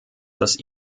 das